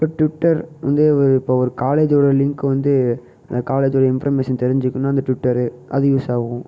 இப்போ டுவிட்டர் வந்து இப்போது ஒரு காலேஜோடய லிங்க் வந்து என்ன காலேஜோடய இன்ஃபர்மேஷன் தெரிஞ்சிக்கணும்னா அந்த டுவிட்டர் அது யூஸ்ஸாவும்